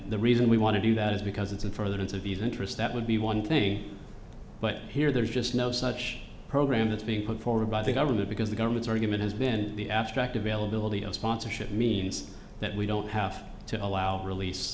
the reason we want to do that is because it's and for that it's of these interests that would be one thing but here there's just no such program that's being put forward by the government because the government's argument has been the abstract availability of sponsorship means that we don't have to allow a release